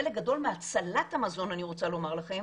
חלק גדול מהצלת המזון אני רוצה לומר לכם,